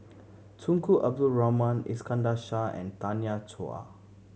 Tunku Abdul Rahman Iskandar Shah and Tanya Chua